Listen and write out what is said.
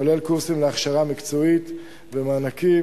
כולל קורסים להכשרה מקצועית ומענקים.